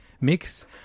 mix